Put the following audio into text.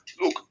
look